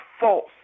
false